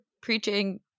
preaching